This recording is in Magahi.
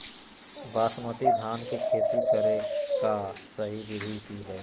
बासमती धान के खेती करेगा सही विधि की हय?